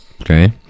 okay